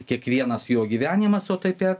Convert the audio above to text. kiekvienas jo gyvenimas o taip pat